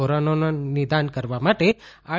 કોરોનાનું નિદાન કરવા માટે આર